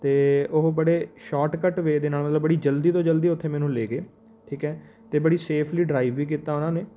ਅਤੇ ਉਹ ਬੜੇ ਸ਼ੋਰਟਕੱਟ ਵੇਅ ਦੇ ਨਾਲ਼ ਮਤਲਬ ਬੜੀ ਜਲਦੀ ਤੋਂ ਜਲਦੀ ਉੱਥੇ ਮੈਨੂੰ ਲੈ ਗਏ ਠੀਕ ਹੈ ਅਤੇ ਬੜੀ ਸੇਫਲੀ ਡਰਾਈਵ ਵੀ ਕੀਤਾ ਉਹਨਾਂ ਨੇ